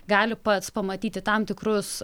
gali pats pamatyti tam tikrus